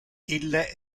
ille